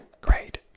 great